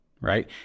right